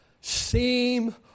seem